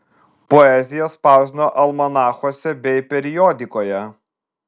poeziją spausdino almanachuose bei periodikoje